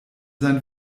sein